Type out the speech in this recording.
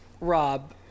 Rob